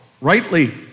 rightly